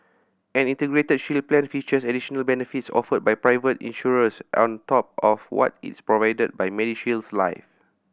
an Integrated Shield Plan features additional benefits offered by private insurers on top of what is provided by MediShield Life